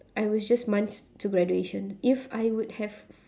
I was just months to graduation if I would have